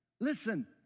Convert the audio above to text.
Listen